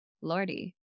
lordy